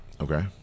Okay